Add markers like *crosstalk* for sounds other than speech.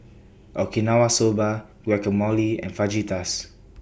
*noise* Okinawa Soba Guacamole and Fajitas